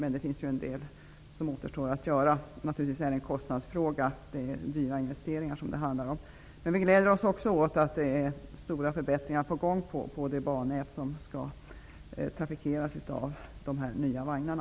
Ännu återstår en del att göra, men naturligtvis är det en kostnadsfråga. Det är dyra investeringar som det handlar om. Vi gläder oss också åt att det är stora förbättringar på gång på det bannät som skall trafikeras av de nya vagnarna.